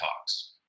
talks